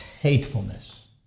Hatefulness